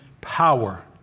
power